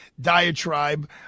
diatribe